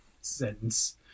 sentence